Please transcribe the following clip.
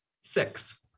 Six